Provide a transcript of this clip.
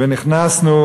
ונכנסנו